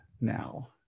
now